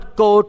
go